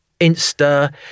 Insta